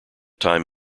time